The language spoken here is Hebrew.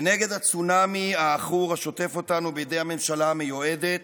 כנגד הצונמי העכור השוטף אותנו בידי הממשלה המיועדת,